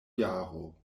jaro